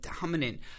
Dominant